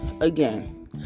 Again